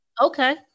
Okay